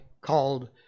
called